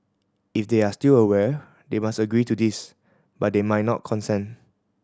if they are still aware they must agree to this but they might not consent